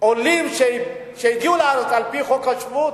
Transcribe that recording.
עולים שהגיעו לארץ על-פי חוק השבות,